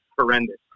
horrendous